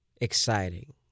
exciting